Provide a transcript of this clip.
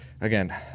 again